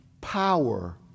power